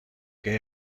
che